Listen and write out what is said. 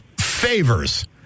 favors